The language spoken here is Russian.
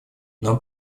нам